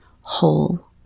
whole